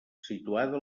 situada